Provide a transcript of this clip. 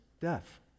death